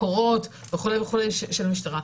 מקורות וכולי של המשטרה.